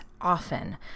often